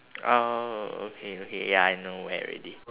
oh okay okay ya I know where already